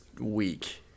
week